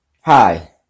hi